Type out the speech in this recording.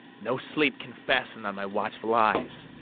no sleep can fasten on my watchful eyes,